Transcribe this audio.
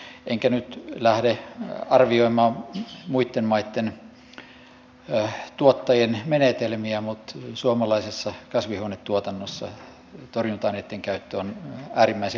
en nyt lähde arvioimaan muitten maitten tuottajien menetelmiä mutta suomalaisessa kasvihuonetuotannossa torjunta aineitten käyttö on äärimmäisen vähäistä